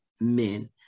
Men